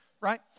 right